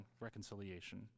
reconciliation